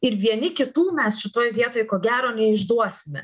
ir vieni kitų mes šitoj vietoj ko gero neišduosime